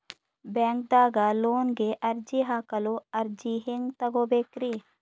ಬ್ಯಾಂಕ್ದಾಗ ಲೋನ್ ಗೆ ಅರ್ಜಿ ಹಾಕಲು ಅರ್ಜಿ ಹೆಂಗ್ ತಗೊಬೇಕ್ರಿ?